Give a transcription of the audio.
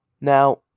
Now